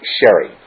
Sherry